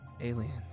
Aliens